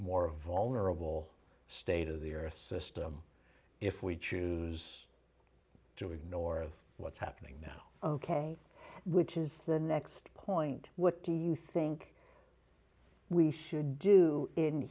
more vulnerable state of the earth system if we choose to ignore what's happening now ok which is the next point what do you think we should do in